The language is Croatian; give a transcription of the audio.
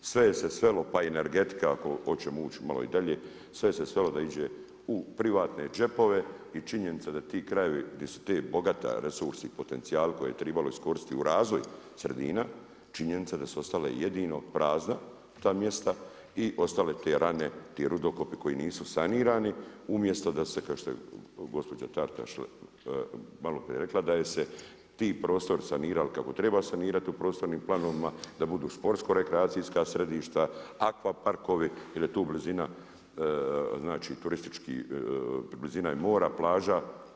Sve je se svelo pa i energetika ako hoćemo ući i malo dalje, sve se svelo da iđe u privatne džepove i činjenica da ti krajevi gdje su ti bogati resursi i potencijali koje je tribalo iskoristiti u razvoj sredina, činjenica da su ostala jedino prazna ta mjesta i ostale te rane, ti rudokopi koji nisu sanirani, umjesto da su se kao što je gospođa Taritaš malo prije rekla da su se ti prostori sanirali kako treba sanirati u prostornim planovima, da budu sportsko rekreacijska središta, akvaparkovi jel je tu blizina mora, plaža.